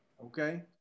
Okay